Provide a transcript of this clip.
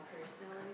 personally